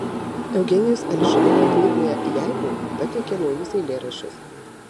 eugenijus ališanka knygoje jeigu pateikia naujus eilėraščius